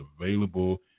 available